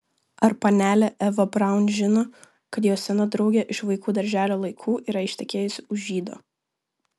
ar panelė eva braun žino kad jos sena draugė iš vaikų darželio laikų yra ištekėjusi už žydo